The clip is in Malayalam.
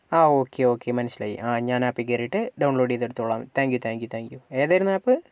ആ ഓക്കേ ഓക്കേ മനസ്സിലായി ആ ഞാൻ ആപ്പിൽ കയറിയിട്ട് ഡൗൺലോഡ് ചെയ്ത് എടുത്തോളാം thank you thank you thank you ഏതായിരുന്നു ആപ്പ്